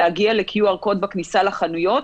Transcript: להגיע לקוד QR בכניסה לחנויות,